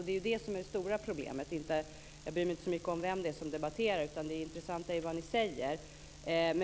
Det är det som är det stora problemet. Jag bryr mig inte så mycket om vem det är som debatterar, utan det intressanta är vad ni säger.